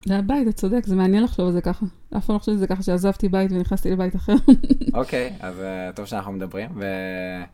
זה היה בית, אתה צודק, זה מעניין לחשוב על זה ככה. אף פעם לא חשבתי על זה ככה שעזבתי בית ונכנסתי לבית אחר. אוקיי, אז טוב שאנחנו מדברים.